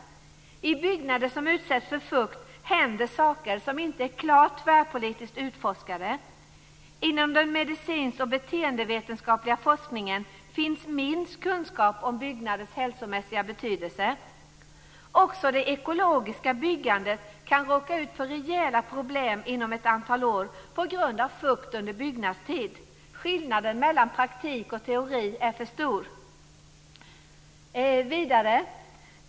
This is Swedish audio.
I byggnader som utsätts för fukt händer saker som inte är klart tvärpolitiskt utforskade. Inom den medicinska och beteendevetenskapliga forskningen finns minst kunskap om byggnaders hälsomässiga betydelse. Också det ekologiska byggandet kan råka ut för rejäla problem inom ett antal år på grund av fukt under byggnadstid. Skillnaden mellan praktik och teori är för stor.